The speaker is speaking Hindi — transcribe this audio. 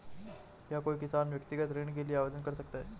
क्या कोई किसान व्यक्तिगत ऋण के लिए आवेदन कर सकता है?